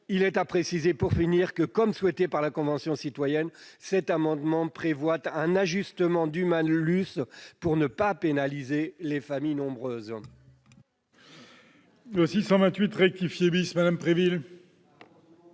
Je précise, pour finir, que, comme souhaité par la Convention citoyenne, cet amendement prévoit un ajustement du malus pour ne pas pénaliser les familles nombreuses.